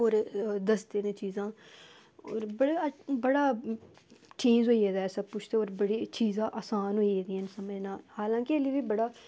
और दसदे न चीजां और बडे़ अजकल बड़ा चेंज होई गेदा ऐ सबकिश ते और बड़ा चीजां आसान होई गेदियां न समें नाल हाल्ली कि अजें बी बड़ा